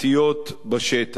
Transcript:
אמיתיות בשטח.